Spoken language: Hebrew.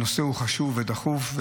הנושא הוא חשוב ודחוף,